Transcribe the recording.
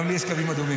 גם לי יש קווים אדומים.